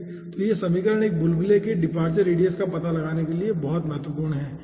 तो यह समीकरण एक बुलबुले के डिपार्चर रेडियस का पता लगाने के लिए बहुत महत्वपूर्ण है ठीक है